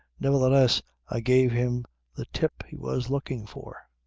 nevertheless i gave him the tip he was looking for.